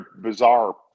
bizarre